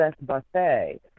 buffet